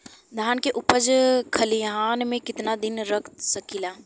धान के उपज खलिहान मे कितना दिन रख सकि ला?